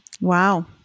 Wow